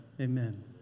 Amen